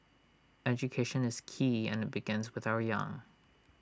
education is key and IT begins with our young